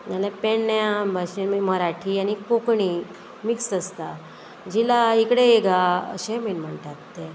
नाल्या पेडण्या भाशेनूय मराठी आनी कोंकणी मिक्स आसता झिला इकडे ये गा अशें बीन म्हणटात ते